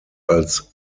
als